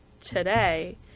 today